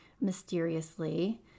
mysteriously